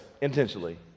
intentionally